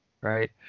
Right